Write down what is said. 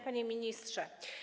Panie Ministrze!